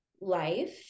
life